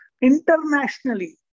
internationally